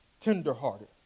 tenderhearted